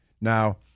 Now